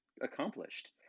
accomplished